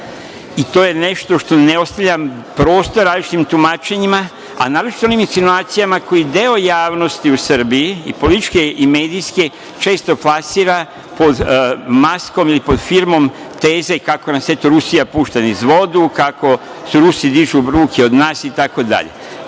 i to je nešto što ne ostavljam prostor različitim tumačenjima, a naročito onim insinuacijama koji deo javnosti u Srbiji i političke i medijske često plasira pod maskom ili pod firmom, teze, kako nas, eto Rusija pušta niz vodu, kako Rusi dižu od nas, i tako dalje. Kada